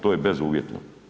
To je bezuvjetno.